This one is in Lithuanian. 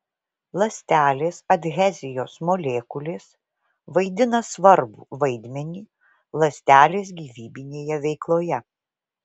ląstelės adhezijos molekulės vaidina svarbų vaidmenį ląstelės gyvybinėje veikloje